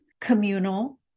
communal